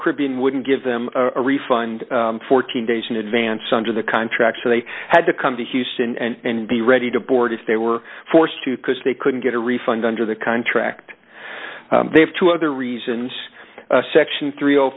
caribbean wouldn't give them a refund fourteen days in advance under the contract so they had to come to houston and be ready to board if they were forced to because they couldn't get a refund under the contract they have two other reasons section th